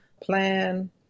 plan